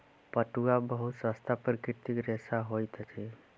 पटुआ बहुत सस्ता प्राकृतिक रेशा होइत अछि